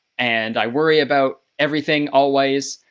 and i worry about everything always,